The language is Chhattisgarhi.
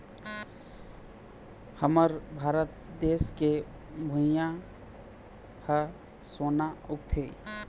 हमर भारत देस के भुंइयाँ ह सोना उगलथे